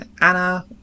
Anna